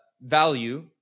value